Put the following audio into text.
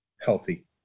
healthy